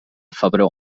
febró